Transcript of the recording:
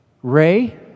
Ray